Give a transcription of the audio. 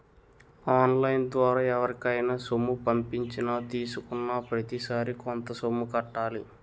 on line ద్వారా ఎవరికైనా సొమ్ము పంపించినా తీసుకున్నాప్రతిసారి కొంత సొమ్ము కట్టాలి